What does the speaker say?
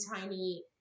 tiny